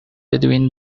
between